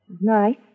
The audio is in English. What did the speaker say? nice